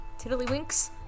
tiddlywinks